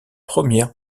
première